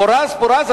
פורז ופורז,